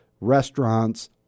restaurants